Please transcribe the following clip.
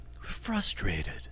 Frustrated